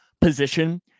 position